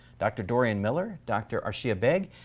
dr. doriane miller, dr. arshiya baig,